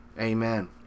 Amen